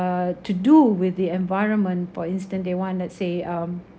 to do with the environment for instance they want let's say um